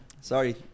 Sorry